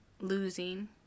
losing